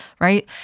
right